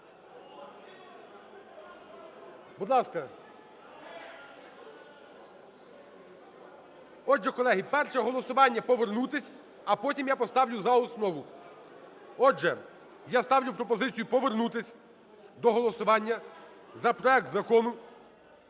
Будь ласка. Отже, колеги, перше голосування повернутись, а потім я поставлю за основу. Отже, я ставлю пропозицію повернутись до голосування за проект Закону